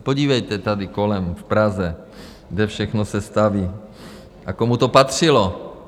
Podívejte, tady kolem, v Praze, kde všechno se staví a komu to patřilo.